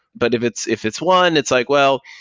but if it's if it's one, it's like, well,